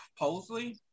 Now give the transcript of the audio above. Posley